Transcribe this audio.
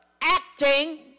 acting